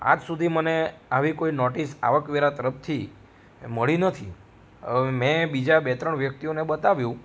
આ જ સુધી મને આવી કોઈ નોટિસ આવકવેરા તરફથી મળી નથી મેં બીજા બે ત્રણ વ્યક્તિઓને બતાવ્યું